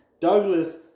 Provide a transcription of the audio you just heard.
Douglas